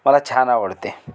मला छान आवडते